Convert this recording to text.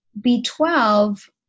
B12